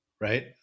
right